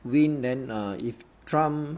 win then err if trump